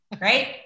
right